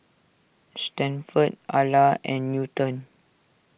Stanford Ala and Newton